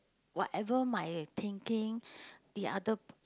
whatever my thinking the other